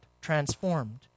transformed